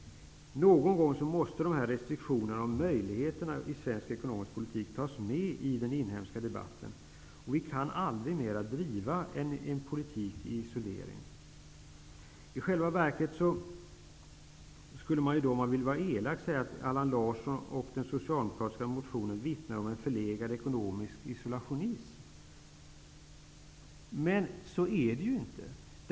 Någon gång måste restriktionerna och möjligheterna i svensk ekonomisk politik tas med i den inhemska debatten. Vi kan aldrig mera driva en politik i isolering. I själva verket skulle man om man ville vara elak säga att Allan Larsson och den socialdemokratiska motionen vittnar om en förlegad ekonomisk isolationism. Men så är det ju inte.